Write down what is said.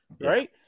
Right